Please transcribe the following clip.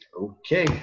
okay